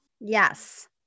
Yes